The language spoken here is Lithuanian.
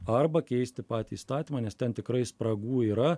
arba keisti patį įstatymą nes ten tikrai spragų yra